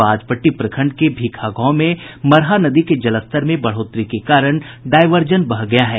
बाजपट्टी प्रखंड के भीखा गांव में मरहा नदी के जलस्तर में बढ़ोतरी के कारण डायवर्जन बह गया है